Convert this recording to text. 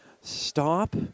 stop